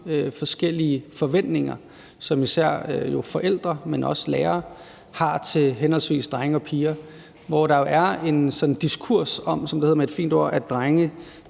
forskellige forventninger, som især forældre, men også lærere, har til henholdsvis drenge og piger, hvor der jo er en diskurs, som det hedder med et fint ord, om, at drenge,